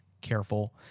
careful